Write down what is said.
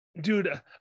Dude